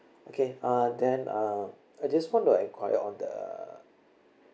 okay uh then uh I just want to enquire on the